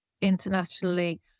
internationally